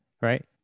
right